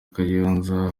kayonza